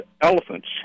elephants